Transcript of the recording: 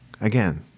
Again